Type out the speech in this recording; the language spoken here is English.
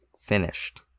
Finished